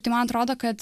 tai man atrodo kad